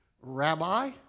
rabbi